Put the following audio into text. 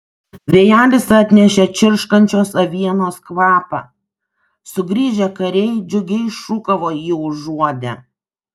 vėjelis atnešė čirškančios avienos kvapą sugrįžę kariai džiugiai šūkavo jį užuodę